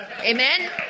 Amen